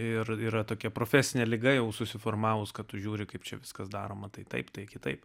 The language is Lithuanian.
ir yra tokia profesinė liga jau susiformavus kad tu žiūri kaip čia viskas daroma tai taip tai kitaip